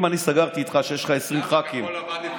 אם אני סגרתי איתך שיש לך 20 ח"כים, למה?